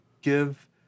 give